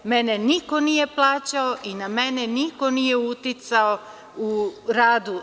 Mene niko nije plaćao i na mene niko nije uticao u radu.